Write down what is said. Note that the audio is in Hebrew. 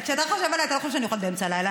כשאתה חושב עליי אתה לא חושב שאני אוכלת באמצע הלילה.